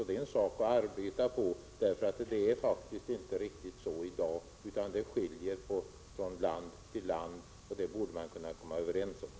Det är en sak att arbeta för, eftersom det faktiskt inte riktigt är så i dag, utan reglerna är olika från land till land. Det här är en fråga som man borde kunna komma överens om.